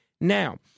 now